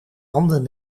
handen